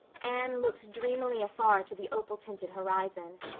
anne looked dreamily afar to the opal-tinted horizon.